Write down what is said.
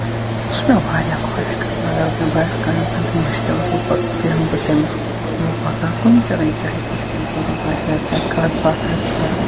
سُہ چھُ مےٚ واریاہ خۄش کران اَگر مےٚ باسہِ کٲنٛسہِ زَن چھُ مُشکِلس منٛز پَتہٕ بیٚہَم بہٕ تٔمِس یمَو پَگاہ کُنہِ تہِ رٔنگۍ چاہے تٔمِس کیٚنٛہہ ضروٗرت آسہِ یا کیٚنٛہہ کَتھ باتھ آسہِ سا